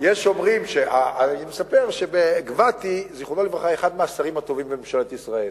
לברכה, היה אחד השרים הטובים בממשלת ישראל,